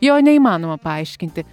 jo neįmanoma paaiškinti